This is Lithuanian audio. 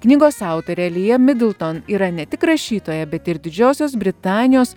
knygos autorė lija midlton yra ne tik rašytoja bet ir didžiosios britanijos